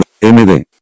MD